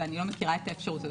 ואני לא מכירה את האפשרות הזאת.